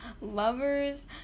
lovers